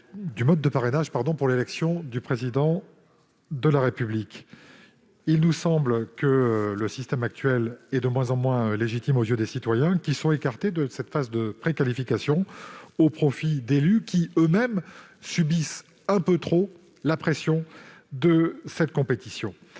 du mode de parrainage pour l'élection du Président de la République. Le système actuel apparaît de moins en moins légitime aux yeux des citoyens, qui sont écartés de cette phase de préqualification au profit d'élus, qui eux-mêmes subissent un peu trop la pression de cette compétition.